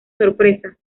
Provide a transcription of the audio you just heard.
sorpresa